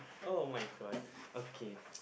[oh]-my-god okay